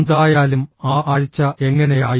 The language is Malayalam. എന്തായാലും ആ ആഴ്ച എങ്ങനെയായിരുന്നു